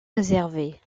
réservés